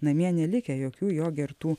namie nelikę jokių jo gertų